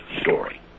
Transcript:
story